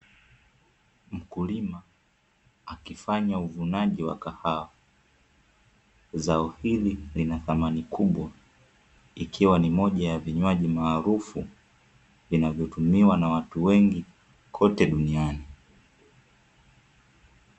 Mkulima akifanya uvunaji wa kahawa, zao hili lina thamani kubwa ikiwa ni moja ya vinywaji maarufu vinavyotumiwa na watu wengi kote duniani.